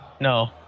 No